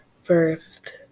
First